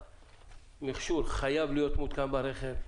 המכשור חייב להיות מותקן לרכב.